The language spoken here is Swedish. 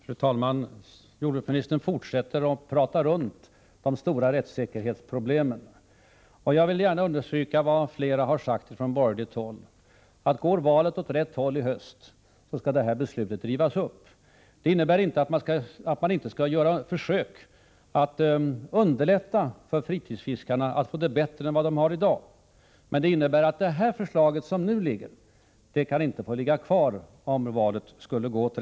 Fru talman! Jordbruksministern fortsätter att prata runt de stora rättssäkerhetsproblemen. Jag vill gärna understryka vad flera har sagt från borgerligt håll, att om valet går åt rätt håll i höst så skall det här beslutet rivas upp. Det innebär inte att man inte skall göra försök att underlätta för fritidsfiskarna, så att de får det bättre än de har i dag, men det innebär att ett beslut som baseras på det här förslaget inte kan få kvarstå oförändrat.